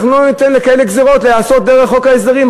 אנחנו לא ניתן לכאלה גזירות להיעשות דרך חוק ההסדרים.